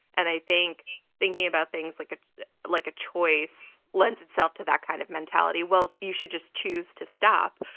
and i think thinking about things like ah like a choice lends itself to that kind of mentality. well you should just choose to stop.